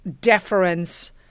deference